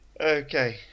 Okay